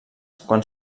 quan